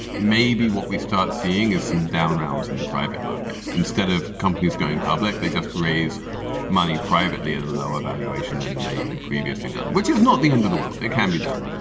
maybe what we start seeing is some down rounds in the private markets instead of companies going public. they just raise money privately at a lower valuation than they had previously done which is not the end of the world. it can be done